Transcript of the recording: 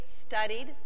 studied